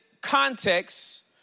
context